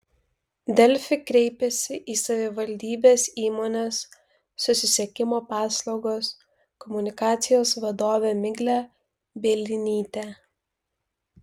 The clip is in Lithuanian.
delfi kreipėsi į savivaldybės įmonės susisiekimo paslaugos komunikacijos vadovę miglę bielinytę